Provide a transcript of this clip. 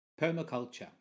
Permaculture